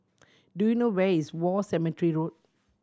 do you know where is War Cemetery Road